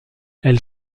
elle